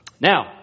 Now